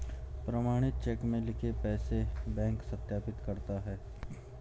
प्रमाणित चेक में लिखे पैसे बैंक सत्यापित करता है